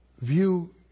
view